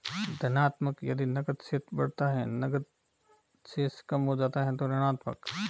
धनात्मक यदि नकद शेष बढ़ता है, अगर नकद शेष कम हो जाता है तो ऋणात्मक